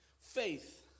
faith